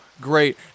great